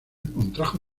contrajo